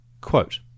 Quote